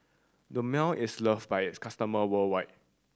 Dermale is loved by its customer worldwide